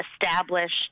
established